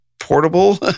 portable